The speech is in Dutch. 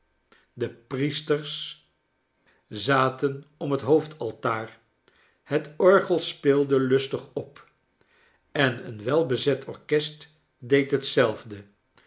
de priesters zaten om het hoofdaltaar het orgel speelde lustig op en een welbezet orkest deed hetzelfde